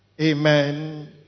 Amen